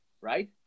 right